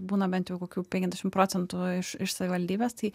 būna bent jau kokių penkiasdešim procentų iš iš savivaldybės tai